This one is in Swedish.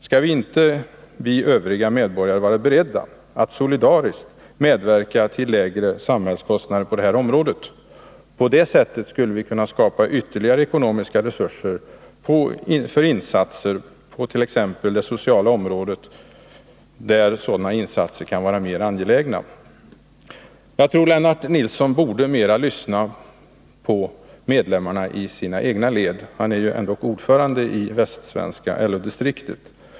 Skall inte vi övriga medborgare vara beredda att solidariskt medverka till lägre samhällkostnader på detta område? På det sättet kan vi skapa ytterligare ekonomiska resurser för insatser på t.ex. det sociala området, där sådana insatser är mer angelägna. Jag tror att Lennart Nilsson borde mera lyssna på medlemmarna i sina egna led — han är ju ändock ordförande i västsvenska LO-distriktet.